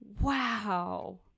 Wow